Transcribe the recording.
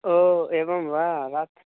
ओ एवं वा रात्रिः